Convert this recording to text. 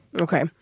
Okay